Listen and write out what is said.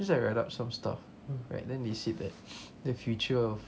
cause I read up some stuff right then they said that the future of